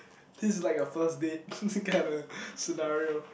this is like a first date kinda scenario